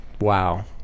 wow